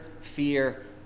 fear